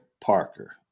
parker